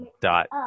dot